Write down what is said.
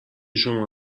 شما